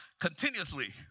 continuously